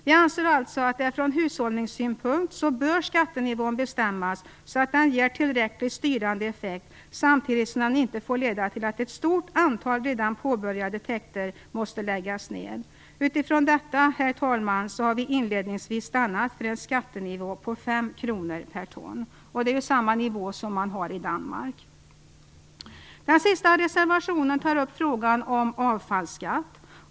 Vi anser också att från hushållningssynpunkt bör skattenivån bestämmas så att den ger tillräckligt styrande effekt samtidigt som den inte får leda till att ett stort antal redan påbörjade täkter måste läggas ned. Utifrån detta, herr talman, har vi inledningsvis stannat för en skattenivå på 5 kr per ton, vilket är samma nivå som man har i Danmark. Den sista reservationen tar upp frågan om avfallsskatt.